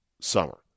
summer